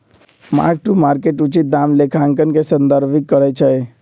mark to market उचित दाम लेखांकन के संदर्भित करइ छै